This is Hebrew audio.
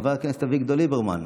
חבר הכנסת אביגדור ליברמן,